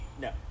No